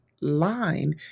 line